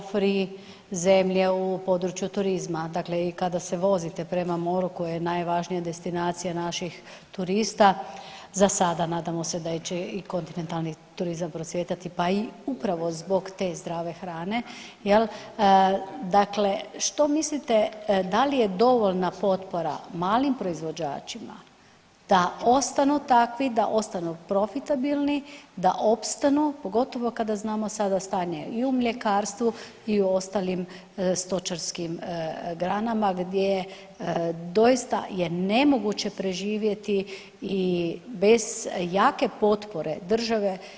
GMO free zemlje u području turizma, dakle i kada se vozite prema moru koja je najvažnija destinacija naših turista za sada, nadamo se da će i kontinentalni turizam procvjetati, pa i upravo zbog te zdrave hrane jel dakle što mislite dal je dovoljna potpora malim proizvođačima da ostanu takvi, da ostanu profitabilni, da opstanu pogotovo kada znamo sada stanje i u mljekarstvu i u ostalim stočarskim granama gdje doista je nemoguće preživjeti bez jake potpore države.